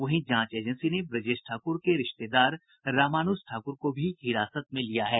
वहीं जांच एजेंसी ने ब्रजेश ठाकुर के रिश्तेदार रामानुज ठाकुर को भी हिरासत में लिया है